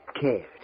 cared